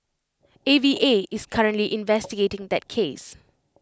A V A is currently investigating that case